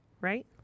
Right